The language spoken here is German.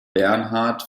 bernhard